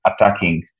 attacking